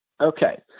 Okay